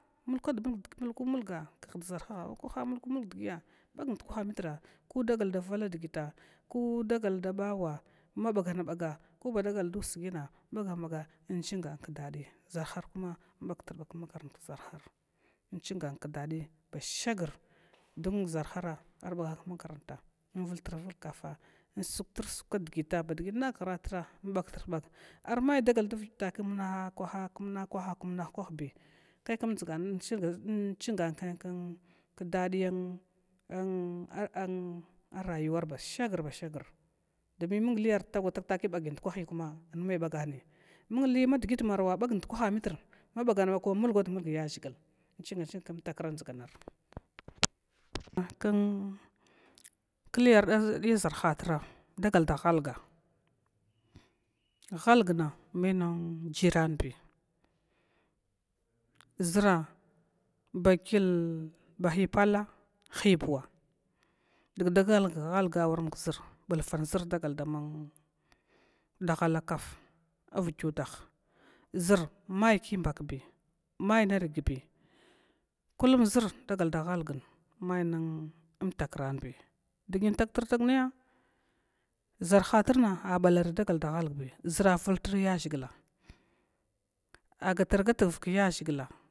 Mukad mulku mulga khdʒarhaha wakwaha mulkumulg dgiya bag ndkwah mitra, ko daga da vala digika mabagaba ndusagina in chingan kdndiyana ʒarharkuma in bagatrbag kmarant kʒarhar inchinga dadi, ba shag don mun ʒarhara ar bagana kmamakaranta in vultur vulg kafa in sugtur sug bakdi nag hratra in bagtrbag ar mai takiya davig takiya kmnakwa kmnakwa ka, in chinga an dadiya rawuwa basngr bashagr, dgi mung li tagwatag takiye bagi ndkwaihi kuma in mai bagani mung li madgit marwa bag ndkwh amitr ma bagaga ba kuma mulgwad mulg yaʒhig inching chng km takrandʒanar, ah kn kli ardiya ʒarhatrra dagal da halg hanlgna me jiranbi ʒra bahi pla hibuwa, dig da ghlag amn kʒra bivanʒr dagal daman da hala kaf vigya udgudah ʒrmai kibakbi mai nirgbi, kulumʒr dagal da halg mai mmtakranbi dgi intagtr tagnaya ʒarghatrna abalarbi dagal da halba ʒra avitr yaʒhigi a gata gatg vak yaʒhighla.